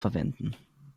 verwenden